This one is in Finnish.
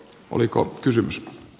oliko kysymys